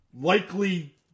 likely